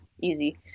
easy